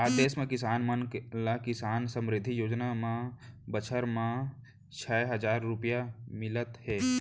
आज देस म किसान मन ल किसान समृद्धि योजना म बछर म छै हजार रूपिया मिलत हे